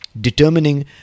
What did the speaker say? determining